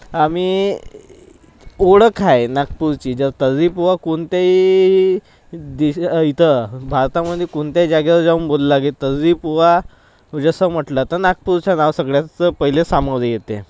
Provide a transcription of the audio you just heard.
आम्ही ओळख आहे नागपूरची जर तर्रीपोहा कोणतेही इथं भारतामध्ये कोणत्याही जागेवर जाऊन बोलला की तर्रीपोहा जसं म्हटलं तर नागपूरचं नाव सगळ्यात पहिलं समोर येते